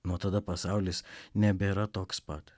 nuo tada pasaulis nebėra toks pat